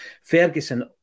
Ferguson